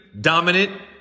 dominant